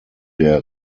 der